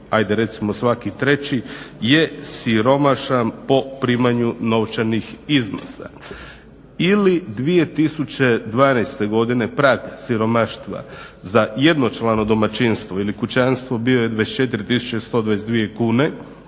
ajde recimo, svaki treći je siromašan po primanju novčanih iznosa. Ili 2012. godine pratnja siromaštva za jednočlano domaćinstvo ili kućanstvo bio je 24.122 kune